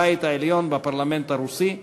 הבית העליון בפרלמנט הרוסי,